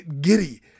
giddy